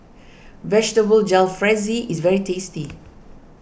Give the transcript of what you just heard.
Vegetable Jalfrezi is very tasty